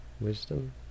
wisdom